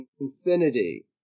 infinity